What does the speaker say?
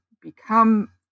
become